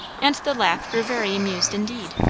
and the laugh grew very amused indeed.